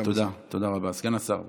כשמו"ר אבי ז"ל היה אז סגן שר הפנים,